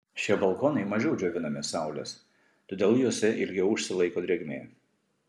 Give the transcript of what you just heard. šie balkonai mažiau džiovinami saulės todėl juose ilgiau užsilaiko drėgmė